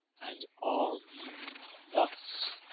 and arm you thus